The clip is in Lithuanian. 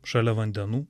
šalia vandenų